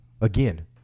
Again